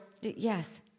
Yes